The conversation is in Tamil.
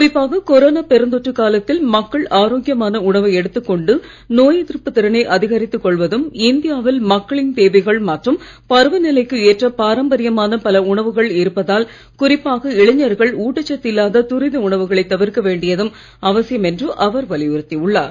குறிப்பாக கொரோனா பெருந்தொற்று காலத்தில் மக்கள் ஆரோக்கியமான உணவை எடுத்துக் கொண்டு நோய் எதிர்ப்புத் திறனை அதிகரித்துக் கொள்வதும் இந்தியாவில் மக்களின் தேவைகள் மற்றும் பருவநிலைக்கு ஏற்ற பாரம்பரியமான பல உணவுகள் இருப்பதால் குறிப்பாக இளைஞர்கள் ஊட்டச்சத்து இல்லாத துரித உணவுகளை தவிர்க்க வேண்டியதும் அவசியம் என்று அவர் வலியுறுத்தி உள்ளார்